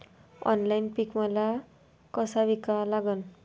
Online पीक माल कसा विका लागन?